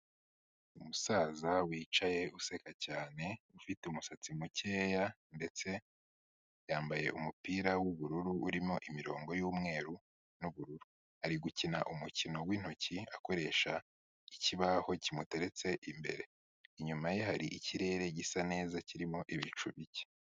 Umusaza wicaye useka cyane ufite umusatsi mukeya ndetse yambaye umupira w'ubururu urimo imirongo y'umweru n'ubururu. Ari gukina umukino w'intoki akoresha ikibaho kimutereretse imbere. Inyuma ye hari ikirere gisa neza kirimo ibicu bike.